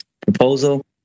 proposal